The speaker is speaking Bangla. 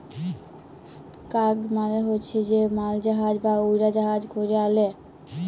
কার্গ মালে হছে যে মালজাহাজ বা উড়জাহাজে ক্যরে আলে